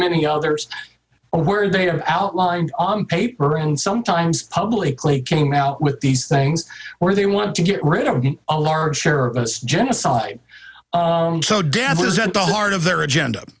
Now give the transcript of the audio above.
many others where they have outlined on paper and sometimes publicly came out with these things where they want to get rid of a large share of genocide so dab is at the heart of their agenda